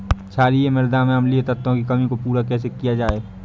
क्षारीए मृदा में अम्लीय तत्वों की कमी को पूरा कैसे किया जाए?